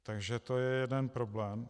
Takže to je jeden problém.